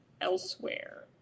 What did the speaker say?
elsewhere